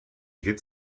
get